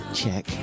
check